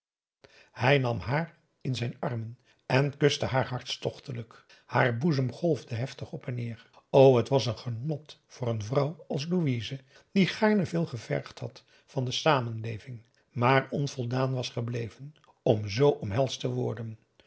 hij nam haar in zijn armen en kuste haar hartstochtelijk haar boezem golfde heftig op en neer o het was een genot voor een vrouw als louise die gaarne veel gevergd had van de samenleving maar onvoldaan was gebleven om z omhelsd te worden